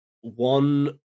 one